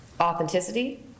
Authenticity